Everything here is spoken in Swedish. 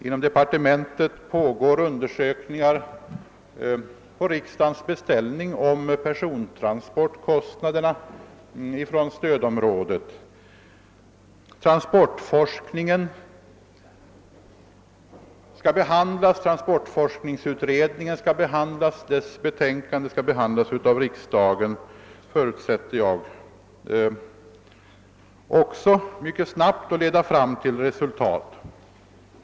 Inom departementet pågår undersökningar — på riksdagens beställning — rörande persontransportkostnaderna inom stödområdet. Transportforskningsutredningens betänkande skall behandlas av riksdagen och, förutsätter jag, mycket snabbt leda till resultat.